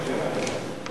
התשע"א 2011,